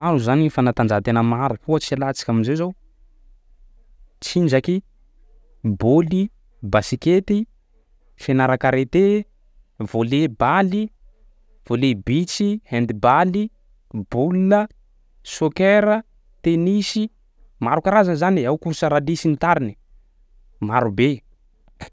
Maro zany ny fanatanjahantena maro, ohatsy alantsika am'zay zao: tsinjaky, bôly, basikety, fianara karate, volleybally, volley beachy, handbally, boula, soccer, tenisy, maro karazany zany e ao course rally sy ny tariny, marobe.